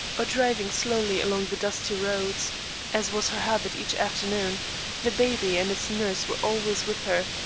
or driving slowly along the dusty roads as was her habit each afternoon the baby and its nurse were always with her,